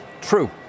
True